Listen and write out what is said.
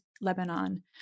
Lebanon